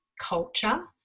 culture